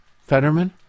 Fetterman